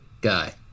guy